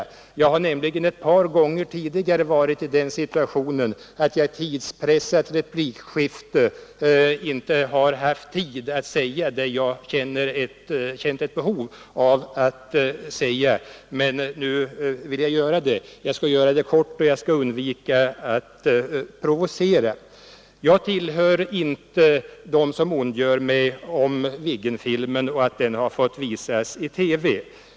Jag har nämligen vid ett par tidigare tillfällen varit i den situationen, att jag i ett hårt tidspressat replikskifte inte ansett mig ha tid att uttrycka vad jag känt ett behov av att säga. Men nu vill jag göra det. Jag skall göra det kort, och jag skall undvika att provocera. Jag tillhör inte dem som ondgör sig över Viggenfilmen och över att den fått visas i TV.